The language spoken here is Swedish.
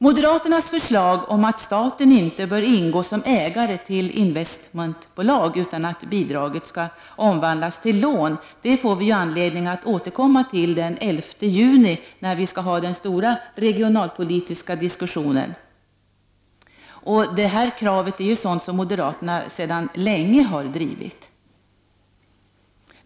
Moderaternas förslag om att staten inte bör ingå som ägare till investmentbolag utan att bidraget skall omvandlas till lån, får vi anledning att återkomma till den 11 juni när vi skall ha den stora regionalpolitiska diskussionen. Detta krav har moderaterna länge drivit.